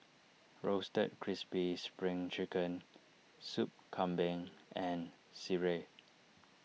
Roasted Crispy Spring Chicken Sup Kambing and Sireh